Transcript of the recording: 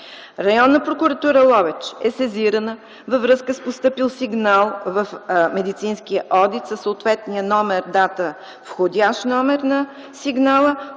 Районна прокуратура – Ловеч, е сезирана във връзка с постъпил сигнал в „Медицински одит” със съответния номер, дата, входящ номер на сигнала,